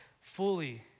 fully